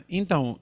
então